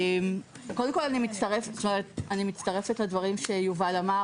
קודם כל אני מצטרפת לדברים שיובל אמר.